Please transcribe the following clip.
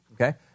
Okay